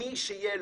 תודה איתן האזרחי.